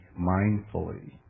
mindfully